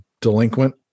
delinquent